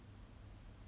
I feel like